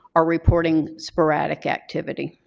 are reporting sporadic activity.